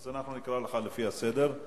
אז נקרא לך לפי הסדר.